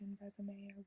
resume